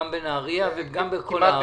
גם בנהריה ובכל הארץ.